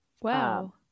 wow